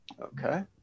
Okay